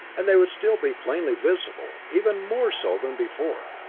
and they would still be plainly visible even more so than before!